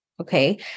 okay